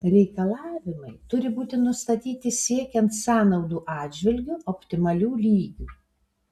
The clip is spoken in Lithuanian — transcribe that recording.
reikalavimai turi būti nustatyti siekiant sąnaudų atžvilgiu optimalių lygių